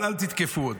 אבל אל תתקפו עוד.